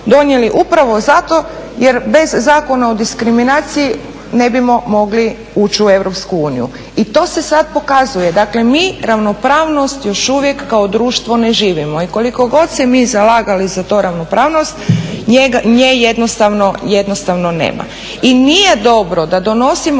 donijeli upravo zato jer bez Zakona o diskriminaciji ne bismo mogli ući u EU. I to se sad pokazuje. Dakle, mi ravnopravnost još uvijek kao društvo ne živimo i koliko god se mi zalagali za tu ravnopravnost nje jednostavno nema. I nije dobro da donosimo